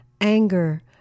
anger